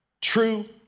true